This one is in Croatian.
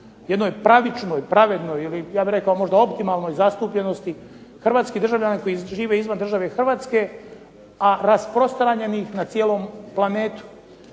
jednoj pravičnoj, pravednoj ili ja bih rekao možda optimalnoj zastupljenosti hrvatskih državljana koji žive izvan države Hrvatske, a rasprostranjenih na cijelom planetu.